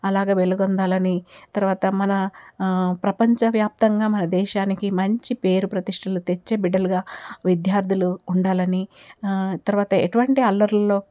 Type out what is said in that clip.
అలాగే వెలుగొందాలని తరువాత మన ప్రపంచవ్యాప్తంగా మన దేశానికి మంచి పేరు ప్రతిష్టలు తెచ్చే బిడ్డలుగా విద్యార్థులు ఉండాలని తరువాత ఎటువంటి అల్లర్లల్లో